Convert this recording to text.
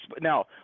Now